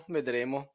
Vedremo